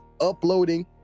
uploading